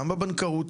גם בבנקאות,